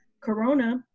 Corona